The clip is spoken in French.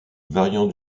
variant